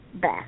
back